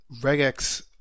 regex